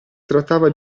trattava